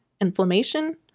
inflammation